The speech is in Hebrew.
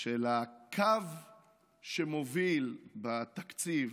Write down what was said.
של הקו שמוביל בתקציב,